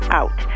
out